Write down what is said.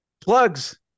plugs